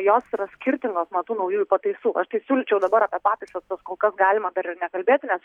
jos yra skirtingos nuo tų naujųjų pataisų aš tai siūlyčiau dabar apie pataisas tas kol kas galima dar ir nekalbėti nes